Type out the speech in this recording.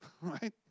right